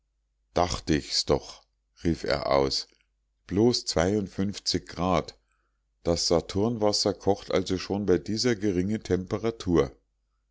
dachte ich's doch rief er aus bloß grad das saturnwasser kocht also schon bei dieser geringen temperatur